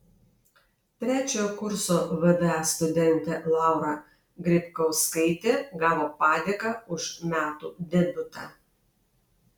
trečiojo kurso vda studentė laura grybkauskaitė gavo padėką už metų debiutą